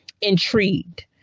intrigued